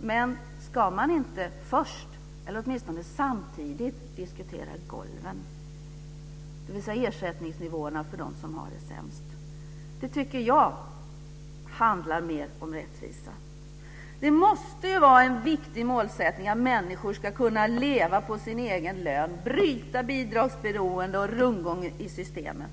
Men ska man inte först eller åtminstone samtidigt diskutera golven, dvs. ersättningsnivåerna för dem som har det sämst? Det tycker jag handlar mer om rättvisa. Det måste ju vara en viktig målsättning att människor ska kunna leva på sin egen lön, bryta bidragsberoende och rundgång i systemen.